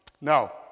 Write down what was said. Now